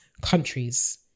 countries